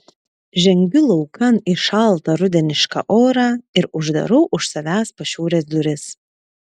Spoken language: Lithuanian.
žengiu laukan į šaltą rudenišką orą ir uždarau už savęs pašiūrės duris